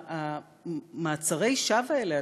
שני מעצרי השווא האלה,